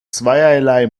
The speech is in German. zweierlei